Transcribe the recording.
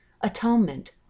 atonement